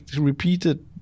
repeated